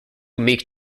meek